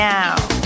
Now